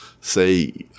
say